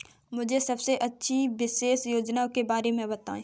मुझे सबसे अच्छी निवेश योजना के बारे में बताएँ?